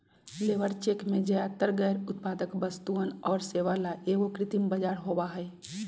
labour check में ज्यादातर गैर उत्पादक वस्तुअन और सेवा ला एगो कृत्रिम बाजार होबा हई